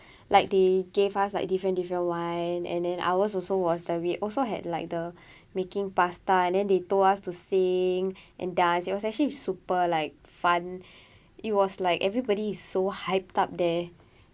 like they gave us like different different wine and then ours also was the we also had like the making pasta and then they told us to sing and dance it was actually super like fun it was like everybody is so hyped up there